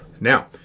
Now